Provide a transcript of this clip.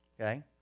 okay